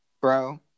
Bro